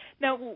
Now